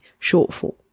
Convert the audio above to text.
shortfall